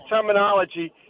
terminology